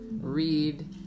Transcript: read